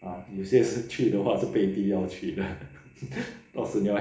啊有些是去的话是被逼要去的到时你要